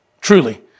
truly